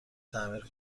تعمیر